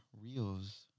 reels